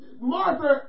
Martha